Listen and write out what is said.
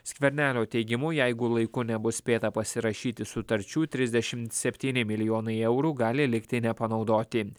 skvernelio teigimu jeigu laiku nebus spėta pasirašyti sutarčių trisdešimt septyni milijonai eurų gali likti nepanaudoti